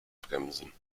bremsen